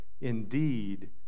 indeed